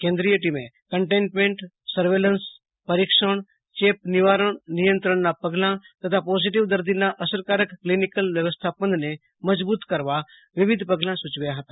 કેન્દ્રીય ટીમે containment surveillance પરીક્ષણ ચેપ નિવારણ નિયંત્રણના પગલા તથા પોઝીટીવ દદીના અસરકારક કલોનીકલ વ્યવસ્થાપનને મજબૂત કરવા વિવિધ પગલા સૂચવ્યા હતા